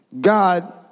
God